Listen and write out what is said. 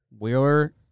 Wheeler